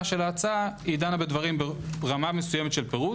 של ההצעה היא דנה ברמה מסוימת של פירוט.